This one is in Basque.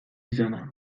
izana